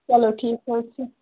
چلو ٹھیٖک حظ چھُ